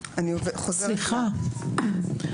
סליחה,